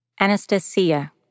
Anastasia